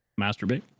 masturbate